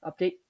Update